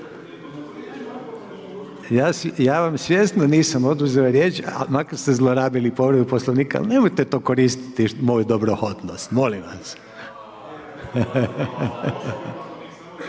Ja vam svjesno nisam oduzeo riječ makar ste zlorabili povredu Poslovnika, nemojte to koristiti, moju dobrohotnost, molim vas.